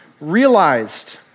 realized